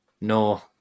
No